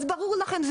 אז ברור לכם,